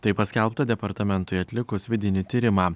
tai paskelbta departamentui atlikus vidinį tyrimą